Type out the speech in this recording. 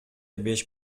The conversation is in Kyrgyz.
беш